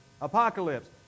Apocalypse